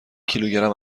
کیلوگرم